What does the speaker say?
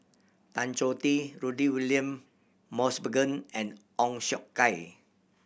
Tan Choh Tee Rudy William Mosbergen and Ong Siong Kai